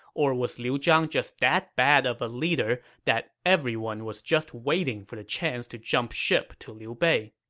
or was liu zhang just that bad of a leader that everyone was just waiting for the chance to jump ship to liu bei